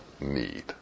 need